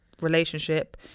relationship